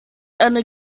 eine